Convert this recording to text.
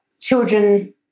children